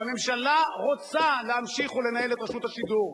והממשלה רוצה להמשיך לנהל את רשות השידור.